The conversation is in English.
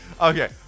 okay